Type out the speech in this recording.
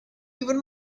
even